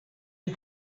you